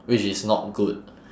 which is not good